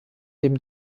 dem